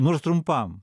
nors trumpam